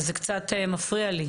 אז זה קצת מפריע לי,